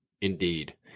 Indeed